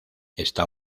esta